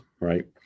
right